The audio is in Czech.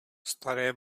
staré